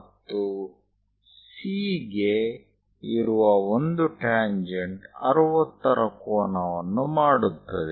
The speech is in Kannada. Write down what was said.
ಮತ್ತು C ಗೆ ಇರುವ ಒಂದು ಟ್ಯಾಂಜೆಂಟ್ 60 ರ ಕೋನವನ್ನು ಮಾಡುತ್ತದೆ